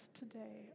today